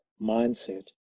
mindset